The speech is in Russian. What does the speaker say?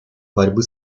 борьбы